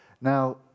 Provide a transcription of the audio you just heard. Now